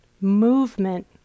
movement